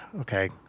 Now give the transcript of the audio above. okay